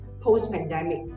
post-pandemic